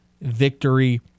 victory